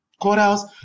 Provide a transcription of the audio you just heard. courthouse